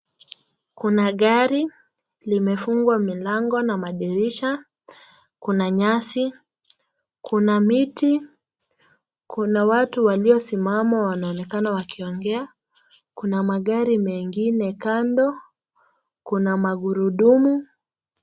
Kuna gari limefungwa milango na madirisha ,kuna nyasi, kuna miti, kuna watu waliosimama wanaonekana wakiongea, kuna magari mengine kando, kuna magurudumu.